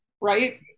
right